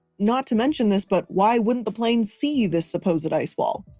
not to mention this, but why wouldn't the plane see this suppose that ice wall.